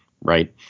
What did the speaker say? right